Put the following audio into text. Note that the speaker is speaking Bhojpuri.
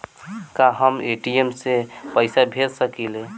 का हम ए.टी.एम से पइसा भेज सकी ले?